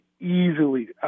Easily